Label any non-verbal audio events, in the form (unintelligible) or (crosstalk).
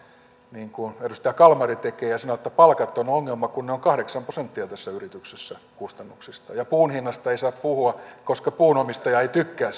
niin kuin edustaja kalmari tekee ja sanoo että palkat ovat ongelma kun ne ovat kahdeksan prosenttia tässä yrityksessä kustannuksista puun hinnasta ei saa puhua koska puun omistaja ei tykkää (unintelligible)